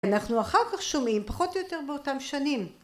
אנחנו אחר כך שומעים, פחות או יותר באותם שנים.